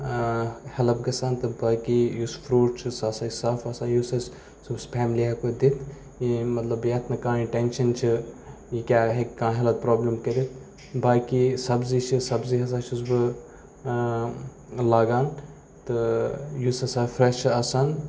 help گَژھان تہٕ باقٕے یُس فرٛوٗٹ چھُ سُہ ہَسا چھِ صاف آسان یُس اَسہِ سُہ فیملی ہٮ۪کو دِتھ یہِ مطلب یَتھ نہٕ کانٛہہ ٹٮ۪نشَن چھِ یہِ کیاہ ہٮ۪کہِ کانٛہہ ہٮ۪لتھ پرٛابلِم کٔرِتھ باقٕے سبزی چھِ سبزی ہَسا چھُس بہٕ لاگان تہٕ یُس ہَسا فرٛٮ۪ش چھِ آسان